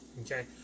Okay